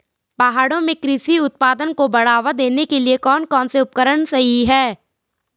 पहाड़ों में कृषि उत्पादन को बढ़ावा देने के लिए कौन कौन से उपकरण सही हैं?